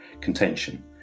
contention